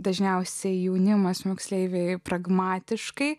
dažniausiai jaunimas moksleiviai pragmatiškai